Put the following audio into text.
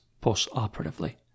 post-operatively